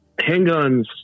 Handguns